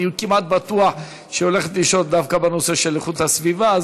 אני כמעט בטוח שהיא הולכת לשאול בנושא של הגנת הסביבה,